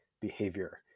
behavior